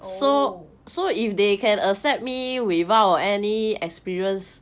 oh